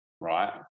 right